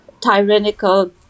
tyrannical